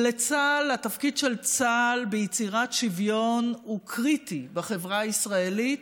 התפקיד של צה"ל ביצירת שוויון הוא קריטי בחברה הישראלית.